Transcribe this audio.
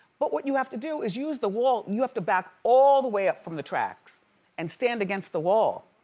but what you have to do is use the wall. you have to back all the way up from the tracks and stand against the wall.